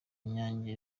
nyange